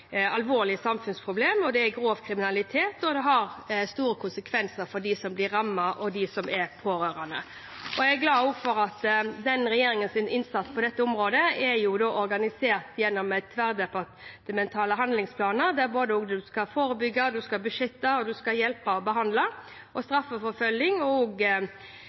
store konsekvenser for dem som blir rammet og deres pårørende. Jeg er glad for at regjeringens innsats på dette området er organisert gjennom tverrdepartementale handlingsplaner, der man skal både forebygge, beskytte, hjelpe og